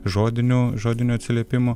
žodinių žodinių atsiliepimų